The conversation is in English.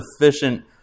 efficient